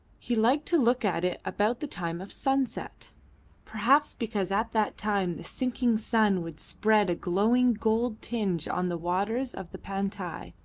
he liked to look at it about the time of sunset perhaps because at that time the sinking sun would spread a glowing gold tinge on the waters of the pantai,